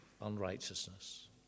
unrighteousness